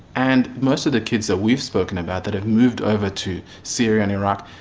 and most of the kids that we've spoken about that have moved over to syria and iraq,